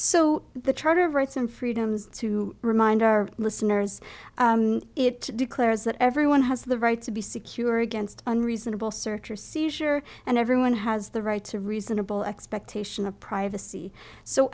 so the charter of rights and freedom to remind our listeners it declares that everyone has the right to be secure against unreasonable search or seizure and everyone has the right to a reasonable expectation of privacy so